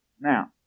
Now